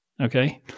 Okay